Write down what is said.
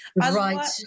Right